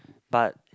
but